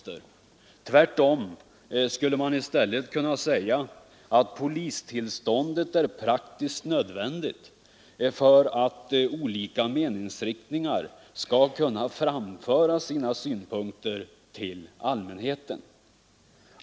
Tvärtom skulle man i stället kunna säga att polistillstånd är praktiskt nödvändigt för att olika meningsriktningar skall kunna framföra sina synpunkter till allmänheten.